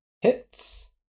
hits